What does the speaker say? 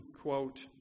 quote